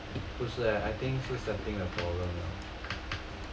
不是哦 I think 是 setting 的 problem